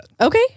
Okay